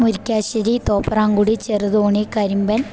Murickassery Thopramkudy Cheruthoni Karimban